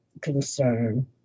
concern